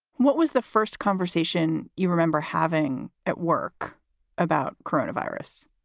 what was the first conversation you remember having at work about coronavirus?